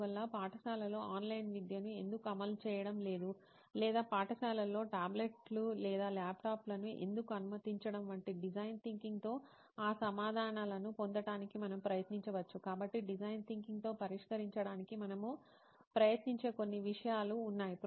అందువల్ల పాఠశాలలు ఆన్లైన్ విద్యను ఎందుకు అమలు చేయడం లేదు లేదా పాఠశాలల్లో టాబ్లెట్లు లేదా ల్యాప్టాప్లను ఎందుకు అనుమతించడం వంటి డిజైన్ థింకింగ్ తో ఆ సమాధానాలను పొందడానికి మనము ప్రయత్నించవచ్చు కాబట్టి డిజైన్ థింకింగ్ తో పరిష్కరించడానికి మనము ప్రయత్నించే కొన్ని విషయాలు ఉన్నాయి